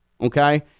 okay